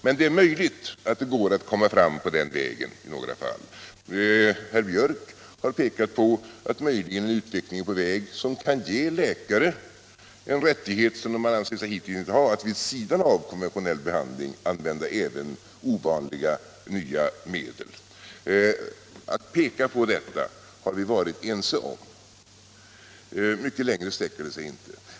Men det är möjligt att det går att komma fram på den vägen i några fall. Herr Biörck har visat på att en utveckling möjligen är på väg som kan ge läkare en rättighet som de hittills inte ansett sig ha att vid sidan av konventionell behandling använda även ovanliga nya medel. Att peka på detta har vi varit ense om. Mycket längre sträcker det sig inte.